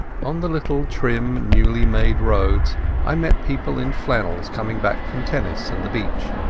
on the little trim newly-made roads i met people in flannels coming back from tennis and the beach,